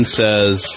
says